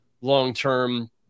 Long-term